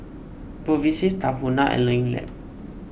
Bevy C Tahuna and Learning Lab